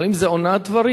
אבל אם זה אונאת דברים,